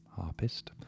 harpist